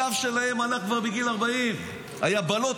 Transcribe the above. הגב שלהם הלך כבר בגיל 40. היבלות,